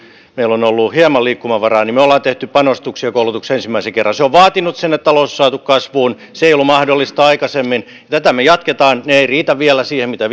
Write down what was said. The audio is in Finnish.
meillä on ollut hieman liikkumavaraa niin me olemme tehneet panostuksia koulutukseen ensimmäisen kerran se on vaatinut sen että talous on saatu kasvuun se ei ollut mahdollista aikaisemmin tätä me jatkamme ne eivät riitä vielä siihen mitä